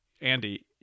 andy